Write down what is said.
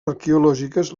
arqueològiques